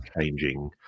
changing